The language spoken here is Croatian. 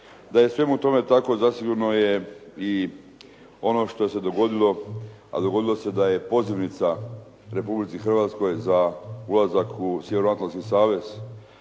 Da je svemu tome tako zasigurno je i ono što se dogodilo, a dogodilo se da je pozivnica Republici Hrvatskoj za ulazak u Sjevernoatlantski savez